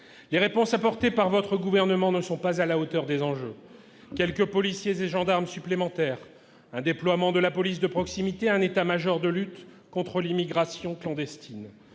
Les réponses apportées par votre gouvernement, à savoir quelques policiers et gendarmes supplémentaires, un déploiement de la police de proximité et un état-major de lutte contre l'immigration clandestine,